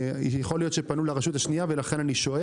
יכול להיות שפנו לרשות השנייה, ולכן אני שואל.